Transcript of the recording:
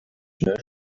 schnell